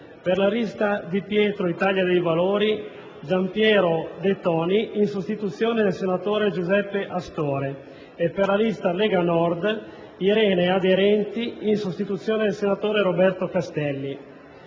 per la lista "Di Pietro-Italia dei valori", Gianpiero De Toni, in sostituzione del senatore Giuseppe Astore e, per la lista "Lega Nord", Irene Aderenti in sostituzione del senatore Roberto Castelli;